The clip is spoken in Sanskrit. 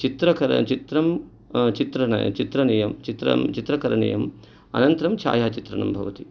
चित्रं चित्रयेयं चित्रं चित्रं करणीयं अनन्तरं छायाचित्रनं भवति